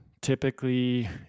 typically